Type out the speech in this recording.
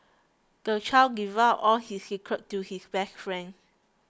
the child divulged all his secrets to his best friend